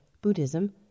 Buddhism